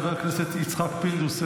חבר הכנסת יצחק פינדרוס,